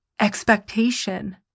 expectation